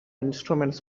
instruments